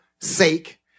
sake